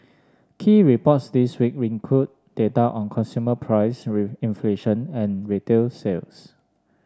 key reports this week include data on consumer price inflation and retail sales